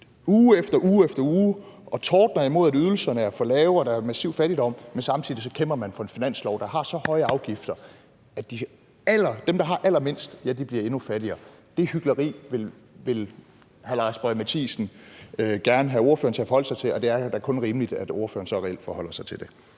uge efter uge efter uge og tordner imod, at ydelserne er for lave og der er massiv fattigdom, men samtidig kæmper for en finanslov, der har så høje afgifter, at dem, der har allermindst, bliver endnu fattigere. Det hykleri ville hr. Lars Boje Mathiesen gerne have ordføreren til at forholde sig til, og det er da kun rimeligt, at ordføreren så reelt forholder sig til det.